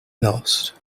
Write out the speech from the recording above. lost